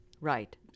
right